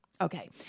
Okay